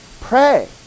Pray